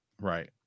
right